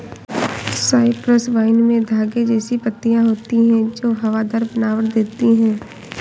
Cyprus vine में धागे जैसी पत्तियां होती हैं जो हवादार बनावट देती हैं